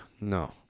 No